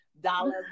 dollars